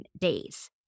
days